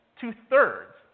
two-thirds